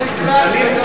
אני מוכן